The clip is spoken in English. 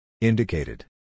Indicated